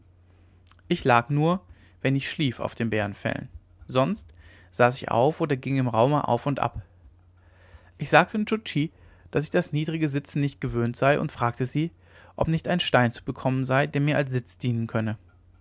ich lag nur wenn ich schlief auf den bärenfellen sonst saß ich auf oder ging im raume auf und ab ich sagte nscho tschi daß ich das niedrige sitzen nicht gewöhnt sei und fragte sie ob nicht ein stein zu bekommen sei der mir als sitz dienen könne